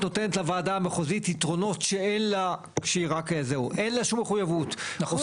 יכול להיות שחלק מזה שאין מספיק, כי אני לא